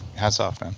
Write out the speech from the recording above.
hats off, man